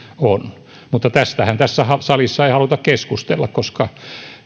on mutta tästähän tässä salissa ei haluta keskustella koska